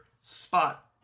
spot